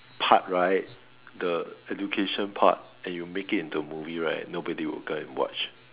part right the education part and you make it into a movie right nobody will go and watch